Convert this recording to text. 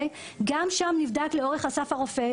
גם שם נבדקה לאורך אסף הרופא,